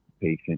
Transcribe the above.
patient